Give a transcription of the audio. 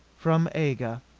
from aga,